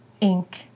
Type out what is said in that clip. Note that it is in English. ink